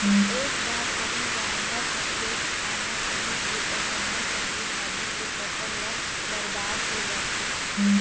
एक बार कहूँ जानवर ह खेत खार मे पहुच गे त जम्मो सब्जी भाजी के फसल ह बरबाद हो जाथे